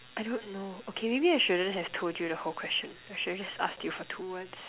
I don't know okay maybe I shouldn't have told you the whole question I should have just asked you for two words